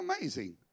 amazing